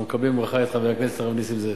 אנחנו מקבלים בברכה את חבר הכנסת הרב נסים זאב.